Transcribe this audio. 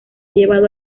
llevado